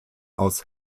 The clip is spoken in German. aus